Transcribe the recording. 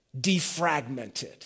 defragmented